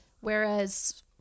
Whereas